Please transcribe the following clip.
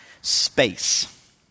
space